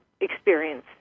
experience